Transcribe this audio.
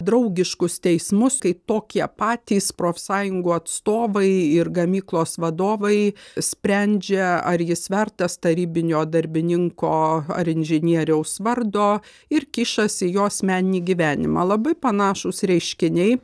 draugiškus teismus kai tokie patys profsąjungų atstovai ir gamyklos vadovai sprendžia ar jis vertas tarybinio darbininko ar inžinieriaus vardo ir kišasi į jo asmeninį gyvenimą labai panašūs reiškiniai